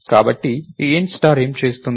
కాబట్టి ఈ Int star ఏమి చేస్తుంది